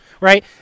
right